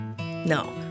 No